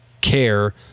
care